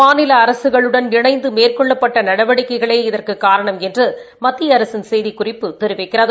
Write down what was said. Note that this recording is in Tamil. மாநில அரசுகுளுடன் இணைந்து மேற்கொள்ளப்பட்ட நடவடிக்கைகளே இதற்குக் காரணம் என்று மத்திய அரசின் செய்திக்குறிப்பு தெரிவிக்கிறது